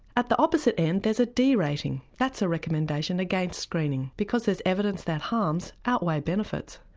at the opposite end there's a d rating. that's a recommendation against screening. because there's evidence that harms outweigh benefits.